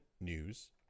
news